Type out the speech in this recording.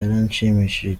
byaranshimishije